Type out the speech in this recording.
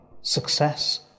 success